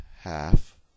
half